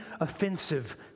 offensive